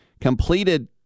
completed